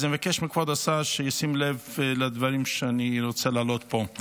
אז אני מבקש מכבוד השר שישים לב לדברים שאני רוצה להעלות פה.